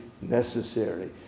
necessary